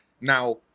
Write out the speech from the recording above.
Now